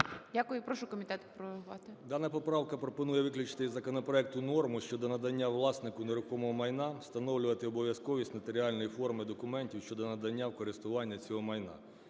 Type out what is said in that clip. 11:48:30 КУЛІНІЧ О.І. Дана поправка пропонує виключити із законопроекту норму щодо надання власнику нерухомого майна встановлювати обов'язковість нотаріальної форми документів щодо надання в користування цього майна.